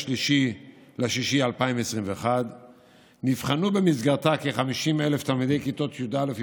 3 ביוני 2021. נבחנו במסגרתה כ-50,000 תלמידי כיתות י"א,